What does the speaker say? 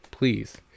Please